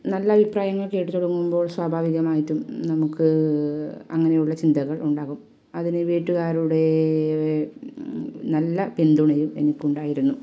നല്ല അഭിപ്രായങ്ങൾ കേട്ട് തുടങ്ങുമ്പോൾ സ്വാഭാവികമായിട്ടും നമുക്ക് അങ്ങനെയുള്ള ചിന്തകൾ ഉണ്ടാകും അതിന് വീട്ട്കാരുടെ നല്ല പിന്തുണയും എനിക്കുണ്ടായിരുന്നു